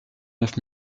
neuf